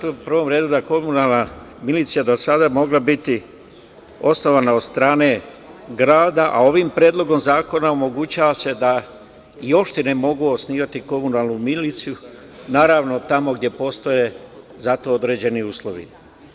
U prvom redu da je komunalna milicija do sada mogla biti osnovana od strane grada, a ovim Predlogom zakona omogućava se da i opštine mogu osnivati komunalnu miliciju, naravno tamo gde postoje za to određeni uslovi.